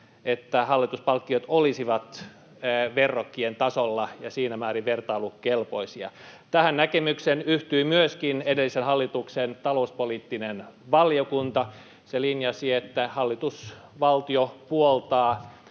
että hallituspalkkiot olisivat verrokkien tasolla ja siinä määrin vertailukelpoisia. Tähän näkemykseen yhtyi myöskin edellisen hallituksen talouspoliittinen valiokunta. Se linjasi, että hallitus, valtio, puoltaa